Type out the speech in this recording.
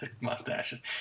Mustaches